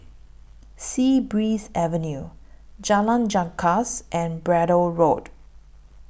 Sea Breeze Avenue Jalan Janggus and Braddell Road